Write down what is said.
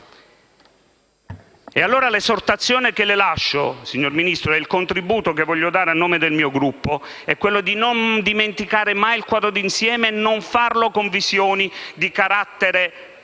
L'esortazione che le lascio, signor Ministro, e il contributo che voglio dare a nome del mio Gruppo è di non dimenticare mai il quadro di insieme e di non farlo con visioni di carattere